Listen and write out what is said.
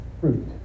fruit